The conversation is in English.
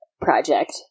project